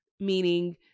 Meaning